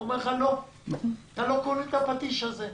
הוא אומר לך: לא, אתה לא קונה את הפטיש הזה.